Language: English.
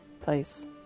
place